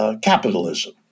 capitalism